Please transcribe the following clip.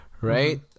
right